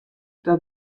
dat